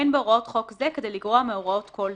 אין בהוראות חוק זה כדי לגרוע מהוראות כל דין.